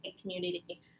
community